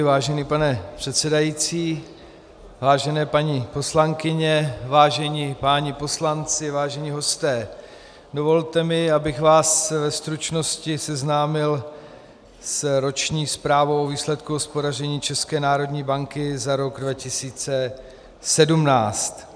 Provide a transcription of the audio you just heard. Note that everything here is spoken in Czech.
Vážený pane předsedající, vážené paní poslankyně, vážení páni poslanci, vážení hosté, dovolte mi, abych vás ve stručnosti seznámil s Roční zprávou o výsledku hospodaření České národní banky za rok 2017.